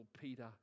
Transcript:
Peter